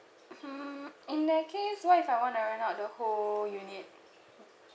mmhmm in that case what if I wanna rent out the whole unit